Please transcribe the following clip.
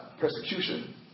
persecution